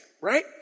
right